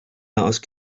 ask